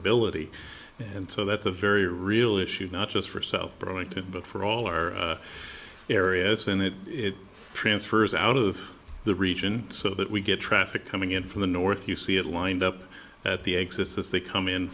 ability and so that's a very real issue not just for so burlington but for all are areas when it transfers out of the region so that we get traffic coming in from the north you see it lined up at the existence they come in